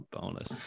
bonus